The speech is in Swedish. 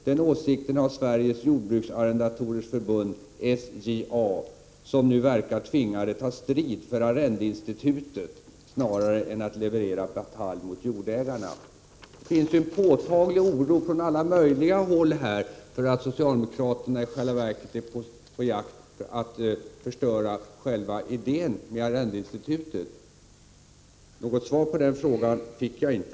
Den åsikten har Sveriges jordbruksarrendatorers förbund, SJA, som nu verkar tvingade att ta strid för arrendeinstitutet snarare än att leverera batalj mot jordägarna.” Det finns här alltså en påtaglig oro från alla möjliga håll för att socialde mokraterna i själva verket är på väg att förstöra själva idén med arrendeinstitutet. Något svar på det fick jag inte.